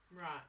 Right